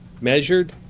measured